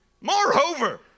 Moreover